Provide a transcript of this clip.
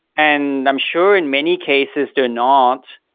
and i'm sure in many cases, they're not.